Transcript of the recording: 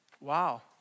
Wow